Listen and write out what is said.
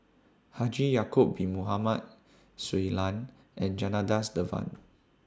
Haji Ya'Acob Bin Mohamed Shui Lan and Janadas Devan